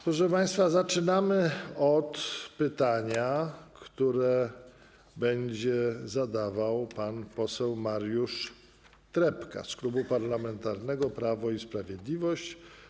Proszę państwa, zaczynamy od pytania, które będzie zadawał pan poseł Mariusz Trepka z Klubu Parlamentarnego Prawo i Sprawiedliwość.